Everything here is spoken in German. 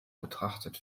betrachtet